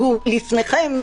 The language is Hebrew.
לפניכם,